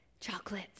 chocolate